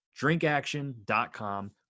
Drinkaction.com